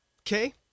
Okay